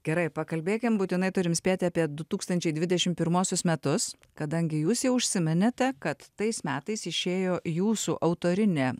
gerai pakalbėkim būtinai turim spėti apie du tūkstančiai dvidešim pirmuosius metus kadangi jūs jau užsiminėte kad tais metais išėjo jūsų autorinė